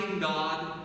God